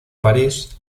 parís